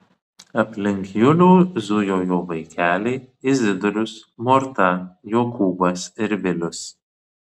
aplink julių zujo jo vaikeliai izidorius morta jokūbas ir vilius